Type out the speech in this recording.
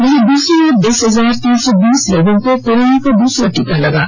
वहीं दूसरी ओर दस हजार तीन सौ बीस लोगों को कोरोना का दूसरा टीका लगाया गया